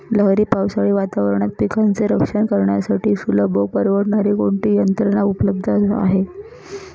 लहरी पावसाळी वातावरणात पिकांचे रक्षण करण्यासाठी सुलभ व परवडणारी कोणती यंत्रणा उपलब्ध आहे?